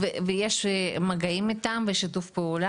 ויש מגעים איתם ושיתוף פעולה?